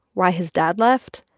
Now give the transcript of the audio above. why his dad left,